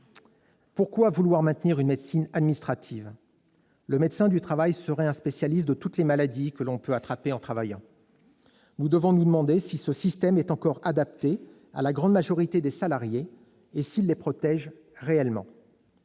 Pourquoi vouloir maintenir une médecine administrative ? Le médecin du travail serait-il un spécialiste de toutes les maladies que l'on peut attraper en travaillant ? Nous devons nous demander si ce système est encore adapté à la grande majorité des salariés et s'il les protège réellement.